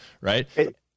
Right